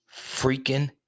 freaking